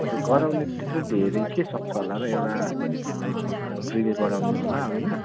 अब गराउने त्यत्रो धेरै के सक्छ होला र एउटा ड्रिल गराउने होला होइन